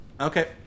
Okay